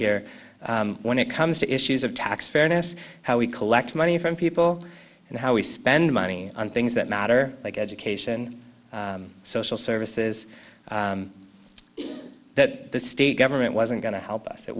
here when it comes to issues of tax fairness how we collect money from people and how we spend money on things that matter like education social services that state government wasn't going to help us